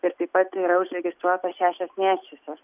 ir taip pat yra užregistruotos šešios nėščiosios